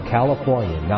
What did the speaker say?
California